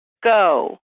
Go